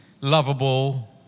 lovable